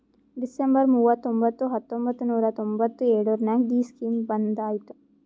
December ಮೂವತೊಂಬತ್ತು ಹತ್ತೊಂಬತ್ತು ನೂರಾ ತೊಂಬತ್ತು ಎಳುರ್ನಾಗ ಈ ಸ್ಕೀಮ್ ಬಂದ್ ಐಯ್ತ